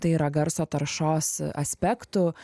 tai yra garso taršos aspektų